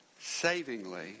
savingly